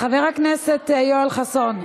חבר הכנסת יואל חסון,